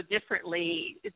differently